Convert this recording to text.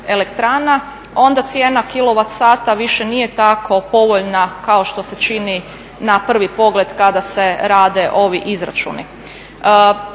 elektrana onda cijena kilovat sata više nije tako povoljna kao što se čini na prvi pogled kada se rade ovi izračuni.